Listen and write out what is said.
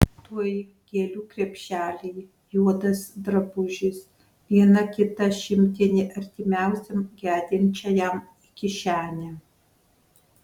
tuoj gėlių krepšeliai juodas drabužis viena kita šimtinė artimiausiam gedinčiajam į kišenę